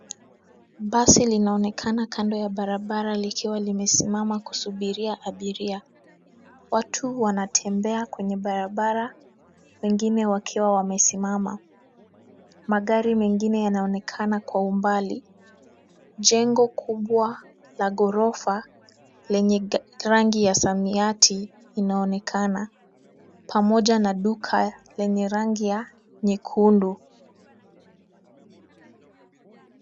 Basi linaonekana kando ya barabara likiwa limesimama kusubiria abiria. Watu wanatembea kwenye barabara wengine wakiwa kusimama, magari mengine yanonekana kwa umbali. Jengo kubwa la gorofa lenye rangi ya samawati inaonekana pamoja na duka lenye rangi ya nyekundu.